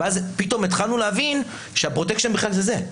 פתאום התחלנו להבין שהפרוטקשן בכלל זה זה.